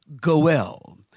Goel